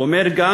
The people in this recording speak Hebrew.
הוא אומר גם: